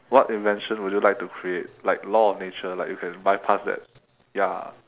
what invention would you like to create like law of nature like you can bypass that ya